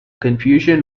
confusion